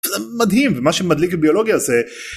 מדהים מה שמדליק בביולוגיה עושה.